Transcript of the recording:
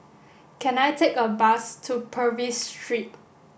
can I take a bus to Purvis Street